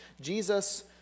Jesus